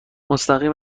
مستقیم